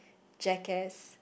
jackass